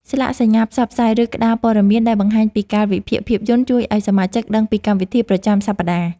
ស្លាកសញ្ញាផ្សព្វផ្សាយ ឬក្ដារព័ត៌មានដែលបង្ហាញពីកាលវិភាគភាពយន្ត ជួយឱ្យសមាជិកដឹងពីកម្មវិធីប្រចាំសប្តាហ៍។